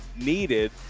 needed